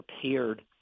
prepared